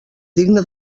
digne